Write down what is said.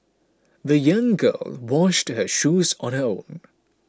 the young girl washed her shoes on her own